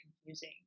confusing